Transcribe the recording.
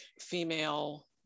female